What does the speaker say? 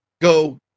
go